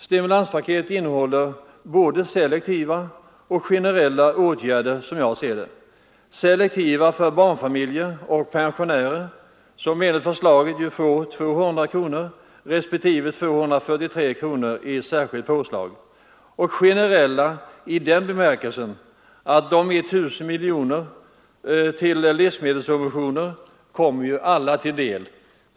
Stimulanspaketet innehåller både selektiva och generella åtgärder — selektiva för barnfamiljer och pensionärer, som enligt förslaget får 200 kronor respektive 243 kronor i särskilt påslag per år, och generella i den bemärkelsen att 1 000 miljoner till livsmedelssubvention kommer alla till del.